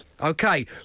Okay